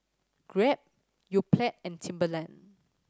Grab Yoplait and Timberland